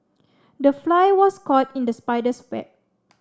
the fly was caught in the spider's web